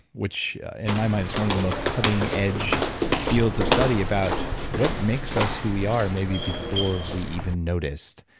which in my mind is one of the most cutting edge fields of study about what makes us who we are maybe before we even noticed.